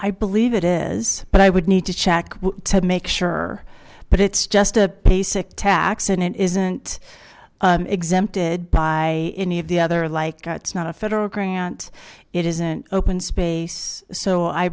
i believe it is but i would need to check to make sure but it's just a basic tax and it isn't exempted by any of the other like it's not a federal grant it isn't open space so i